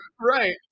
right